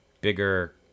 bigger